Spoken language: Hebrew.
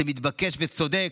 זה מתבקש וצודק.